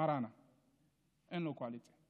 מראענה אין לו קואליציה.